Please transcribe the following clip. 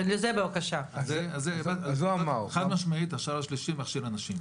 לא כתוב השם של הרב המכשיר ברוב רובם המכריע של ההכשרים.